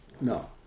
No